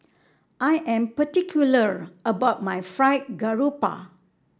I am particular about my Fried Garoupa